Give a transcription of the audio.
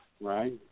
right